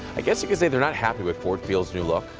i guess you could say they're not happy with ford field's new look.